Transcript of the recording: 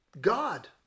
God